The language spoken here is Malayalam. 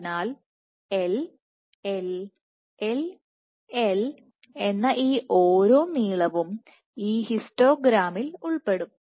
അതിനാൽ L L L L എന്നഈ ഓരോ നീളവും ഈ ഹിസ്റ്റോഗ്രാം Histogram ഇൽ ഉൾപ്പെടും